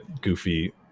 goofy